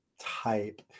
type